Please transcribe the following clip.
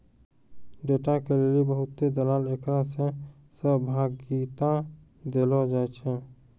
data के लेली बहुते दलाल एकरा मे सहभागिता देलो जाय छै